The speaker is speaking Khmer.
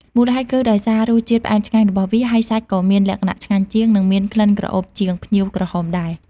មូលហេតុគឺដោយសាររសជាតិផ្អែមឆ្ងាញ់របស់វា ហើយសាច់ក៏មានលក្ខណៈឆ្ងាញ់ជាង និងមានក្លិនក្រអូបជាងផ្ញៀវក្រហមដែរ។